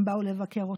הם באו לבקר אותך.